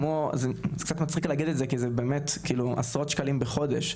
וזה קצת מצחיק להגיד את זה כי זה עשרות שקלים בחודש,